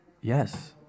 Yes